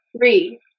three